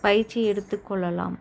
பயிற்சி எடுத்துக் கொள்ளலாம்